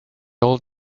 old